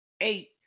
Eight